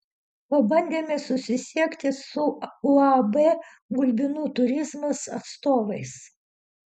pabandėme susisiekti su uab gulbinų turizmas atstovais